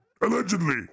Allegedly